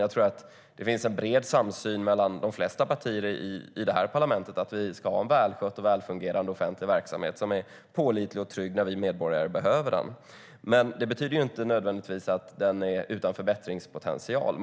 Jag tror att det finns en bred samsyn mellan de flesta partier i det här parlamentet om att vi ska ha en välskött och välfungerande offentlig verksamhet som är pålitlig och trygg när vi medborgare behöver den. Det betyder inte nödvändigtvis att den är utan förbättringspotential.